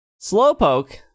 Slowpoke